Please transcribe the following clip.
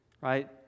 right